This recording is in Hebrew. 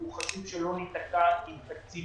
הוא חשוב שלא ניתקע עם תקציב